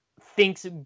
thinks